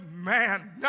man